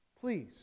please